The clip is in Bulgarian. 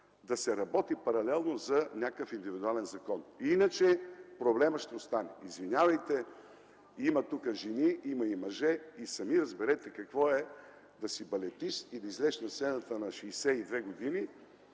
да се работи паралелно за някакъв индивидуален закон, иначе проблемът ще остане. Извинявайте, тук има жени, има и мъже – сами разбирате какво е да си балетист и да излезеш на сцената мъж на 62 години